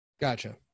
Gotcha